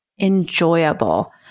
enjoyable